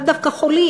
לאו דווקא חולים,